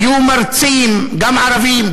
יהיו מרצים גם ערבים,